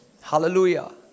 Hallelujah